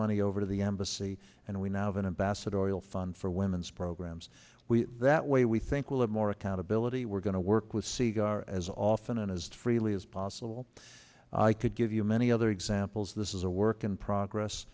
money over to the embassy and we now have an ambassadorial fund for women's programs that way we think we'll have more accountability we're going to work with siegel as often as freely as possible i could give you many other examples this is a work in progress